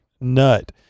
nut